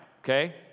okay